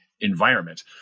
environment